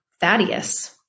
Thaddeus